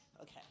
Okay